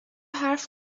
حرف